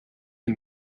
and